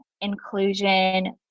inclusion